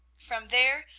from there,